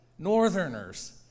Northerners